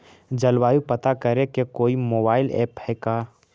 जलवायु पता करे के कोइ मोबाईल ऐप है का?